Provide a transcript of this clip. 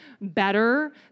better